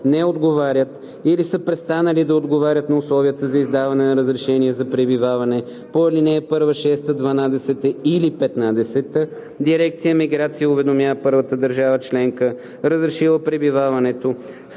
не отговарят или са престанали да отговарят на условията за издаване на разрешение за пребиваване по ал. 1, 6, 12 или 15, дирекция „Миграция“ уведомява първата държава членка, разрешила пребиваването,